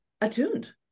attuned